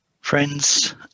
Friends